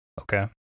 Okay